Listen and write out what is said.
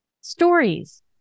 stories